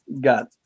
got